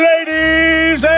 Ladies